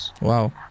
Wow